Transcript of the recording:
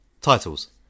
Titles